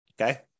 Okay